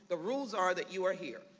the rules are that you are here,